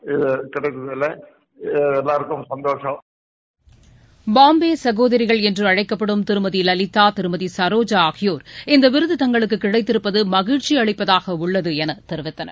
இந்த விருது கிடைக்கதல எல்லாருக்கும் சுந்தோஷம் பாம்பே சகோதரிகள் என்று அழைக்கப்படும் திருமதி லலிதா திருமதி சரோஜா ஆகியோா் இந்த விருது தங்களுக்கு கிடைத்திருப்பது மகிழ்ச்சி அளிப்பதாக உள்ளது என தெரிவித்தனர்